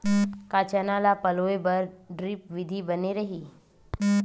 का चना ल पलोय बर ड्रिप विधी बने रही?